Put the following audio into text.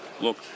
Look